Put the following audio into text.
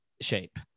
shape